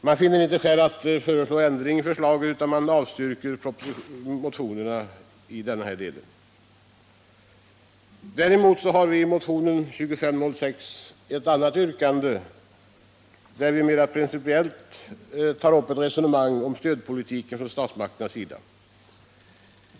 Man finner inte skäl att föreslå ändring i förslaget i propositionen, utan man avstyrker motionsyrkandena i denna del. I motionen 2506 tar vi också upp ett mera principiellt resonemang om den stödpolitik som förs från statsmakternas sida.